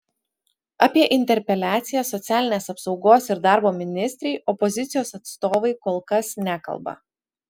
apie interpeliaciją socialinės apsaugos ir darbo ministrei opozicijos atstovai kol kas nekalba